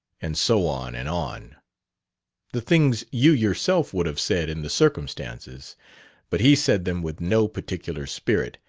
and so on and on the things you yourself would have said in the circumstances but he said them with no particular spirit,